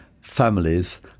families